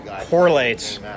correlates